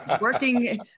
working